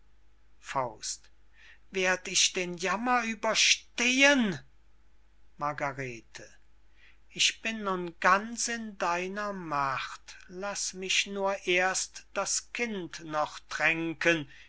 gesehen werd ich den jammer überstehen margarete ich bin nun ganz in deiner macht laß mich nur erst das kind noch tränken